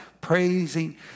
praising